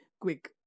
quick